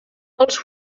els